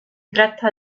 tratta